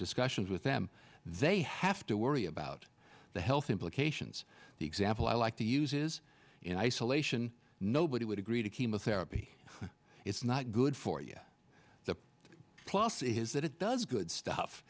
discussions with them they have to worry about the health implications the example i like to use is in isolation nobody would agree to chemotherapy it's not good for you the plus is that it does good stuff